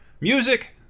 music